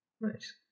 Nice